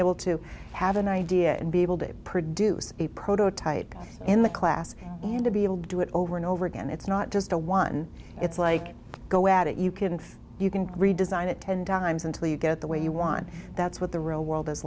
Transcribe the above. able to have an idea and be able to produce a prototype in the class and to be able to do it over and over again it's not just a one it's like go at it you can you can redesign it ten times until you get the way you want that's what the real world is